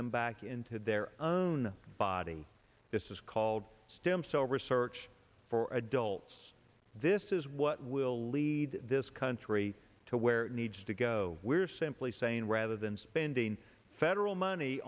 them back into their own body this is called stem cell research for adults this is what will lead this country to where it needs to go we're simply saying rather than spending federal money